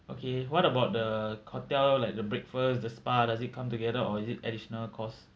okay what about the hotel like the breakfast the spa does it come together or is it additional cost